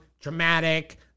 dramatic